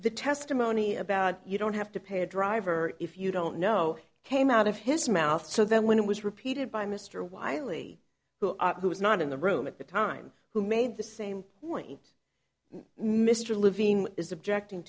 the testimony about you don't have to pay a driver if you don't know came out of his mouth so then when it was repeated by mr wiley who who was not in the room at the time who made the same point mr levine is objecting